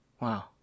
Wow